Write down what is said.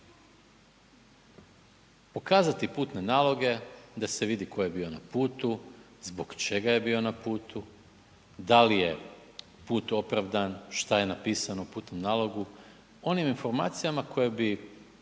Pokazati putne naloge da se vidi tko je bio na putu, zbog čega je bio na putu, da li je put opravdan, šta je napisano u putnom nalogu, onim informacijama s kojima